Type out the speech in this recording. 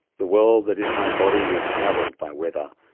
the world that is my body is travelled by weather.